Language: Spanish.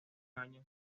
años